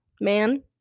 man